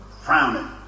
Frowning